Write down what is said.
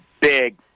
big